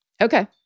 Okay